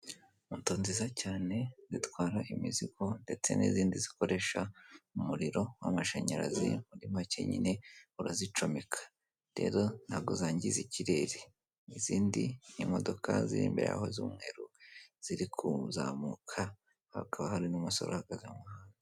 Moto nziza cyane zitwara imizigo ndetse n'izindi zikoresha umuriro w'amashanyarazi, muri make nyine urazicomeka rero ntago zangiza ikirere n'izindi imodoka zimbeho z'umweru ziri kuzamuka hakaba hari n'umusore uhagaze mu muhanda.